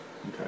Okay